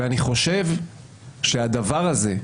אני חושב שהדבר הזה,